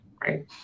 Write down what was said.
Right